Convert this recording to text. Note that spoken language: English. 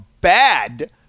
bad